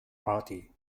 party